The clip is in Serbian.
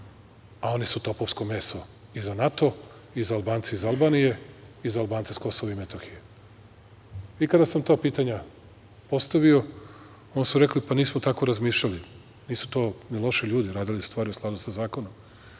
a oni su topovsko meso i za NATO i za Albance iz Albanije i za Albance sa Kosova i Metohije. Kada sam to pitanje postavio, oni su rekli - pa nismo tako razmišljali, nisu to ni loši ljudi, radili stvari u skladu sa zakonom.